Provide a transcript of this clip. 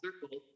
circle